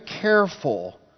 careful